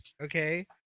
okay